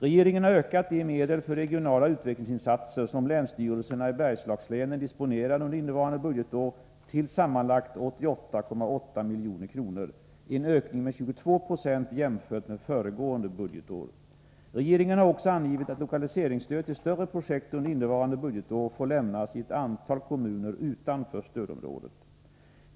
Regeringen har ökat de medel för regionala utvecklingsinsatser som länsstyrelserna i Bergslagslänen disponerar under innevarande budgetår till sammanlagt 88,8 milj.kr. — en ökning med 22 70 jämfört med föregående budgetår. Regeringen har också angivit att lokaliseringsstöd till större projekt under innevarande budgetår får lämnas i ett antal kommuner utanför stödområdet.